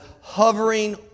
hovering